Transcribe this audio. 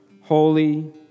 Holy